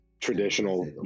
traditional